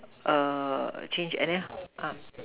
err change and then ah